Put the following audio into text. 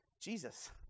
Jesus